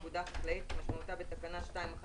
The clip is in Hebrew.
"אגודה חקלאית" כמשמעותה בתקנה 2(1)